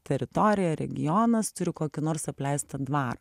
teritorija regionas turi kokį nors apleistą dvarą